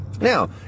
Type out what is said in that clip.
Now